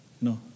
No